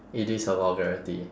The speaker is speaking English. it is a vulgarity